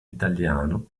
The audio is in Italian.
italiano